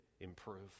improve